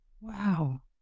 Wow